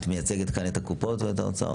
את מייצגת כאן את הקופות או את האוצר?